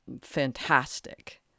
fantastic